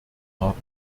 haben